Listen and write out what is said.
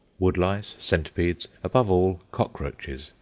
wood-lice, centipedes, above all, cockroaches,